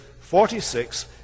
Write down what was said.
46